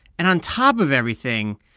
and on top of everything,